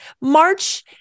March